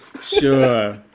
Sure